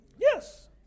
Yes